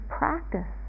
practice